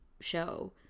show